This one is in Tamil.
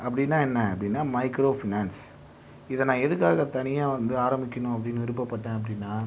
அப்படின்னா என்ன அப்படின்னா மைக்ரோ ஃபினான்ஸ் இதை நான் எதுக்காக தனியாக வந்து ஆரம்பிக்கணும் அப்படின்னு விருப்பப்பட்டேன் அப்படினா